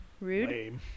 Rude